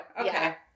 Okay